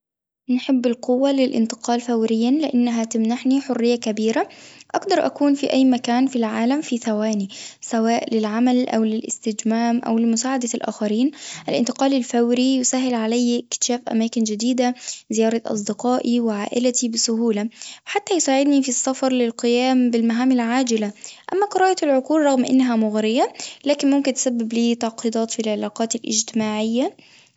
نحب القوة للانتقال فوريًا لإنها تمنحني حرية كبيرة، أقدر أكون في أي مكان في العالم في ثواني، سواء للعمل أو للاستجمام أو لمساعدة الاخرين، الانتقال الفوري يسهل عليه اكتشاف أماكن جديدة، زيارة أصدقائي وعائلتي بسهولة، حتى يساعدني في القيام بالمهام العاجلة، أما قراءة العقول رغم إنها مغرية لكن ممكن تسبب لي تعقيدات في العلاقات الاجتماعية.